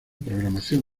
programación